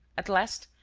at last,